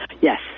Yes